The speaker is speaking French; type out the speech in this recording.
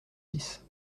six